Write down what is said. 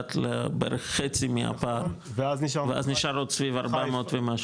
ביחד לבערך חצי מהפער ואז נשאר עוד סביב 400 ומשהו.